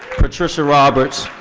patricia roberts,